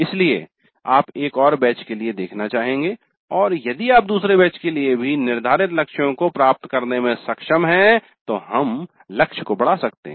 इसलिए आप एक और बैच के लिए देखना चाहेंगे और यदि आप दूसरे बैच के लिए भी निर्धारित लक्ष्यों को प्राप्त करने में सक्षम हैं तो हम लक्ष्य को बढ़ा सकते है